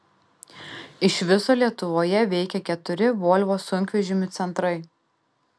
iš viso lietuvoje veikia keturi volvo sunkvežimių centrai